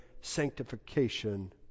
sanctification